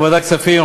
ועדת הכספים,